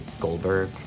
Goldberg